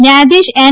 ન્યાયાધિશ એન